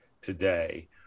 today